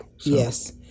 Yes